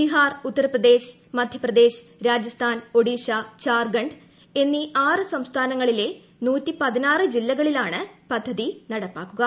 ബിഹാർ ഉത്തർപ്രദേശ് മധ്യപ്രദേശ് രൂജിസ്ഥാൻ ഒഡീഷ ഝാർഖണ്ഡ് എന്നീ ആറ് സംസ്ഥാനങ്ങളിലെ പ്രി ജില്ലകളിലാണ് പദ്ധതി നടപ്പാക്കുക